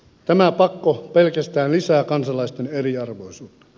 tämä pakko pelkästään lisää kansalaisten eriarvoisuutta